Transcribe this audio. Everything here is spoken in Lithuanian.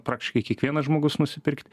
praktiškai kiekvienas žmogus nusipirkt